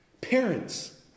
Parents